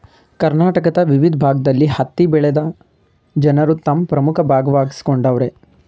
ಕರ್ನಾಟಕದ ವಿವಿದ್ ಭಾಗ್ದಲ್ಲಿ ಹತ್ತಿ ಬೆಳೆನ ಜನರು ತಮ್ ಪ್ರಮುಖ ಭಾಗವಾಗ್ಸಿಕೊಂಡವರೆ